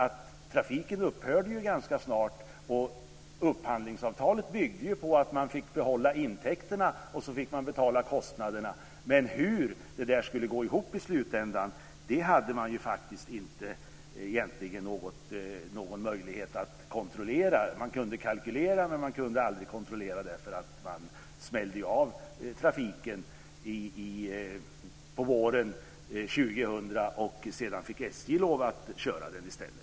Trafiken upphörde ju ganska snart, och upphandlingsavtalet byggde på att man fick behålla intäkterna och stå för kostnaderna. Men hur det i slutändan skulle gå ihop hade man faktiskt egentligen inte någon möjlighet att kontrollera. Man kunde kalkylera men man kunde aldrig kontrollera därför att trafiken "smälldes av" på våren 2000. Sedan fick SJ lov att köra i stället.